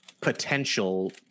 potential